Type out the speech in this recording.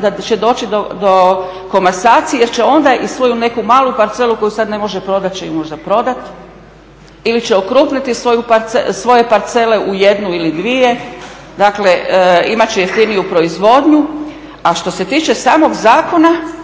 da će doći do komasacije jer će onda i svoju neku malu parcelu koju sada ne može prodati će i možda prodati ili će okrupniti svoje parcele u jednu ili dvije, dakle imati će jeftiniju proizvodnju a što se tiče samog zakona